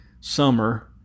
summer